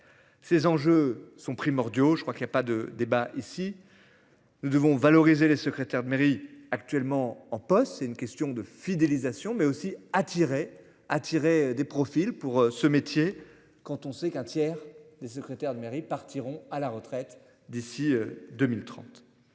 Ces enjeux sont primordiaux. Je crois qu'il y a pas de débat et si. Nous devons valoriser les secrétaires de mairie, actuellement en poste. C'est une question de fidélisation mais aussi attirer attirer des profils pour ce métier, quand on sait qu'un tiers des secrétaires de mairie partiront à la retraite d'ici 2030.